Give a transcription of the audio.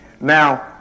Now